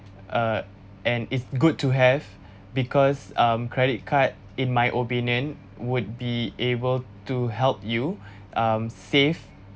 uh and it's good to have because um credit card in my opinion would be able to help you um save